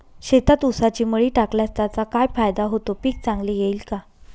शेतात ऊसाची मळी टाकल्यास त्याचा काय फायदा होतो, पीक चांगले येईल का?